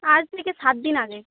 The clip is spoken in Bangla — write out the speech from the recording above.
আজ থেকে সাতদিন আগে